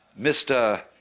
Mr